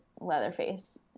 Leatherface